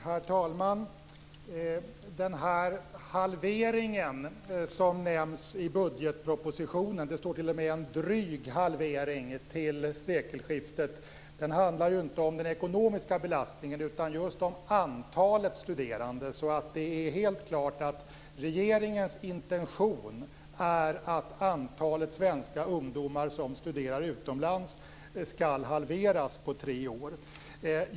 Herr talman! Den halvering till sekelskiftet som nämns i budgetpropositionen - det står till och med en dryg halvering - handlar inte om den ekonomiska belastningen utan om antalet studerande. Det är alltså helt klart att regeringens intention är att antalet svenska ungdomar som studerar utomlands skall halveras på tre år.